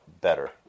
better